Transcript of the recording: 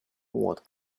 what